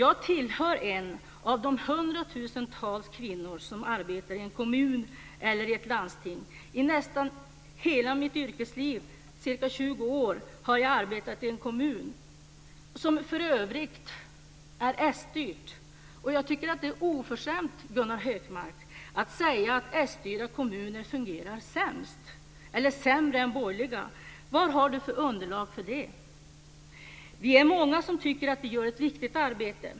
Jag är en av de hundratusentals kvinnor som arbetar i en kommun eller i ett landsting. I nästan hela mitt yrkesliv, ca 20 år, har jag arbetat i en kommun, som för övrigt är s-styrd. Jag tycker att det är oförskämt, Gunnar Hökmark, att säga att s-styrda kommuner fungerar sämre än borgerliga. Vad har Gunnar Hökmark för underlag för det?